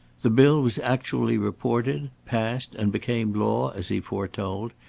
the bill was actually reported, passed, and became law as he foretold,